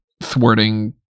thwarting